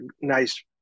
nice